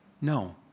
No